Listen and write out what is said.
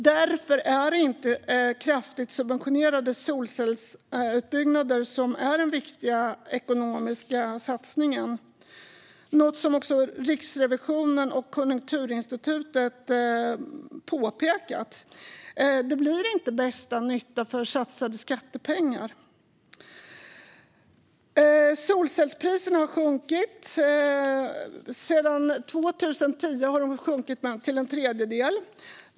Därför är det inte kraftigt subventionerade solcellsutbyggnader som är den viktiga ekonomiska satsningen, något som Riksrevisionen och Konjunkturinstitutet också påpekat. Det blir inte bästa nytta för de satsade skattepengarna. Solcellspriserna har sjunkit nästan till en tredjedel sedan 2010.